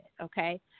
okay